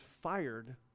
fired